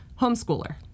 homeschooler